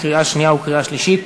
קריאה שנייה וקריאה שלישית.